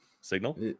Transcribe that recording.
signal